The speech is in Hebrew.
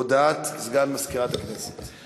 הודעת לסגן מזכירת הכנסת.